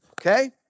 okay